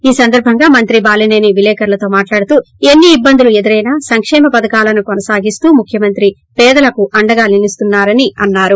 ఈ సందర్బంగా మంత్రి బాలిసేని విలేకరులతో మాట్లాడుతూ ఎన్ని ఇబ్బందులు ఎదురైనా సంకేమ పథకాలను కొనసాగిస్తూ ముఖ్యమంత్రి పేదలకు అండగా నిలుస్తున్నా రని అన్నారు